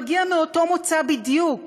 שמגיע מאותו מוצא בדיוק.